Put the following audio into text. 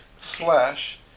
Slash